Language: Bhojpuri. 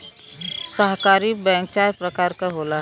सहकारी बैंक चार परकार के होला